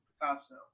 Picasso